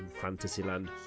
Fantasyland